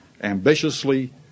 ambitiously